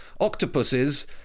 octopuses